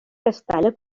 castalla